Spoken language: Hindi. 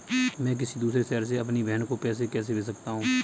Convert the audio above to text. मैं किसी दूसरे शहर से अपनी बहन को पैसे कैसे भेज सकता हूँ?